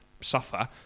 suffer